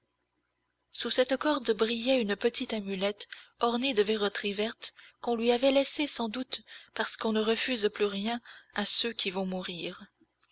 sous cette corde brillait une petite amulette ornée de verroteries vertes qu'on lui avait laissée sans doute parce qu'on ne refuse plus rien à ceux qui vont mourir